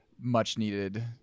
much-needed